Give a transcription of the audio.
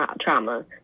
trauma